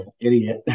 idiot